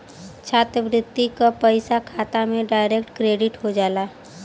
छात्रवृत्ति क पइसा खाता में डायरेक्ट क्रेडिट हो जाला